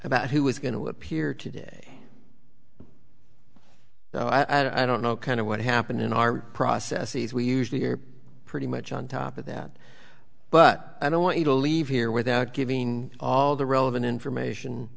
about who was going to appear today though i don't know kind of what happened in our processes we usually are pretty much on top of that but i don't want you to leave here without giving all the relevant information